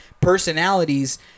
personalities